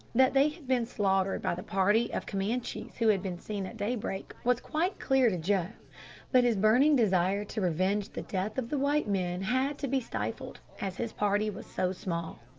that they had been slaughtered by the party of camanchees who had been seen at daybreak, was quite clear to joe but his burning desire to revenge the death of the white men had to be stifled, as his party was so small.